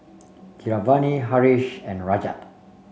Keeravani Haresh and Rajat